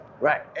Right